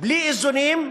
בלי איזונים,